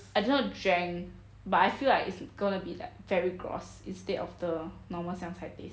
I did not drank but I feel like it's gonna be very gross instead of the normal 香菜 taste